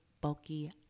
bulky